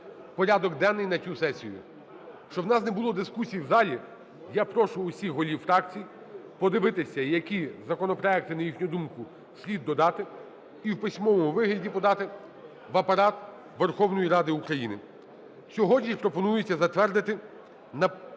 порядок денний на цю сесію. Щоб у нас не було дискусій в залі, я прошу усіх голів фракцій подивитися, які законопроекти, на їхню думку, слід додати, і в письмовому вигляді подати в Апарат Верховної Ради України.